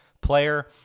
player